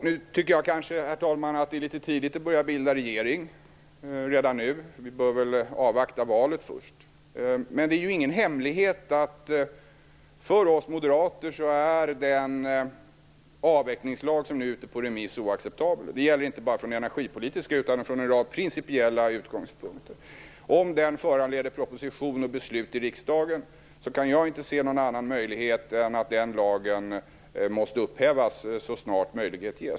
Nu tycker jag kanske, herr talman, att det är litet tidigt att börja bilda regering redan nu. Vi bör väl avvakta valet först. Men det är ju ingen hemlighet att den avvecklingslag som nu är ute på remiss är oacceptabel för oss moderater. Det gäller inte bara från energipolitiska utgångspunkter utan från en rad principiella utgångspunkter. Om den föranleder proposition och beslut i riksdagen kan inte jag se någon annan möjlighet än att lagen måste upphävas så snart möjlighet ges.